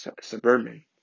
suburban